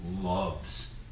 loves